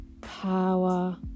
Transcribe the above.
power